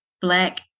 black